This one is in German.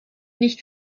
nicht